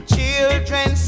Children